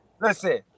listen